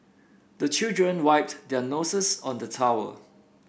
the children wiped their noses on the towel